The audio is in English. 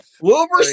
Wilbur